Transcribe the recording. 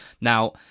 Now